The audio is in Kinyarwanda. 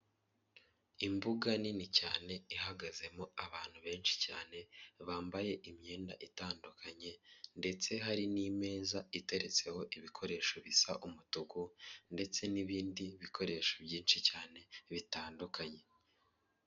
Imbuga nini cyane ihagazemo abantu benshi cyane bambaye imyenda itandukanye ndetse hari n'imeza iteretseho ibikoresho bisa umutuku ndetse n'ibindi bikoresho byinshi cyane bitandukanye.